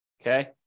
okay